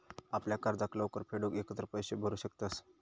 आपल्या कर्जाक लवकर फेडूक एकत्र पैशे भरू शकतंस